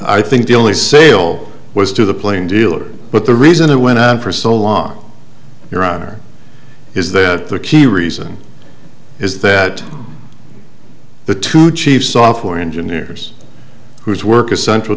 i think the only sale was to the plain dealer but the reason it went on for so long your honor is that the key reason is that the two chief software engineers whose work is central